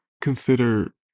consider